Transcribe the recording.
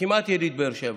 אני כמעט יליד באר שבע,